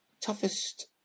Toughest